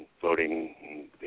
voting